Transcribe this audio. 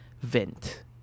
vent